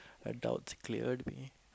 your doubts cleared me